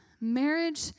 marriage